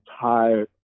tired